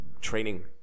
training